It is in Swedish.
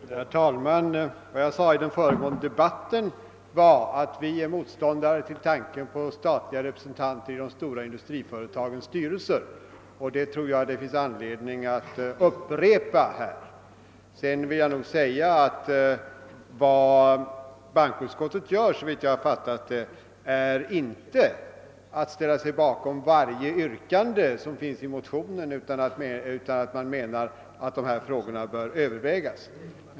Herr talman! Vad jag sade i den föregående debatten var att vi är motständare till tanken på statliga representanter i de stora industriföretagens styrelser, vilket jag tror att det finns aniedning att upprepa. Vidare vill jag framhålla att bankoutskottet, såvitt jag fattat dess utlåtande rätt, inte ställer sig bakom varje yrkande i motionerna utan menar att förslagen bör övervägas.